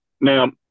now